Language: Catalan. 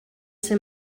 ser